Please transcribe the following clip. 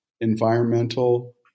environmental